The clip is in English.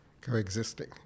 coexisting